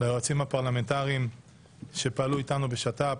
ליועצים הפרלמנטריים שפעלו איתנו בשת"פ,